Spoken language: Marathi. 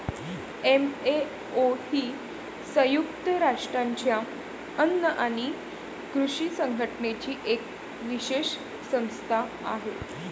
एफ.ए.ओ ही संयुक्त राष्ट्रांच्या अन्न आणि कृषी संघटनेची एक विशेष संस्था आहे